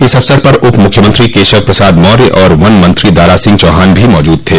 इस अवसर पर उपमुख्यमंत्री कशव प्रसाद मौय और वन मंत्री दारा सिंह चौहान भी मौजूद थे